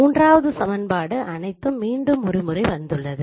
மூன்றாவது சமன்பாடு அனைத்து மீண்டும் ஒருமுறை வந்துள்ளது